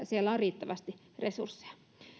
siellä on riittävästi resursseja